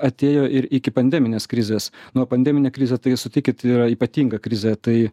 atėjo ir iki pandeminės krizės nu o pandeminė krizė tai sutikit yra ypatinga krizė tai